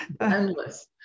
endless